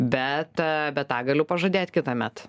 bet bet tą galiu pažadėt kitąmet